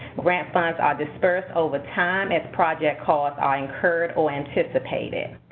grant funds are disbursed over time as project costs ah incurred or anticipated.